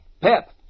Pep